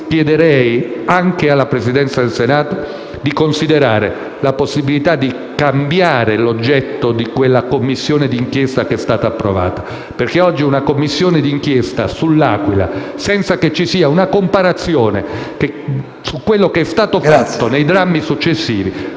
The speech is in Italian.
chiederei anche alla Presidenza del Senato di considerare la possibilità di cambiare l'oggetto della Commissione d'inchiesta la cui istituzione è stata approvata, perché oggi una Commissione d'inchiesta sul sisma dell'Aquila, senza che ci sia una comparazione con quello che è stato fatto nei drammi successivi,